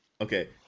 Okay